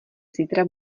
zítra